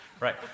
Right